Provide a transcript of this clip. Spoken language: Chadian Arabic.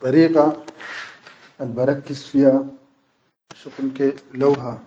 Addariq al ba rakis fiha shuqul ke lau ha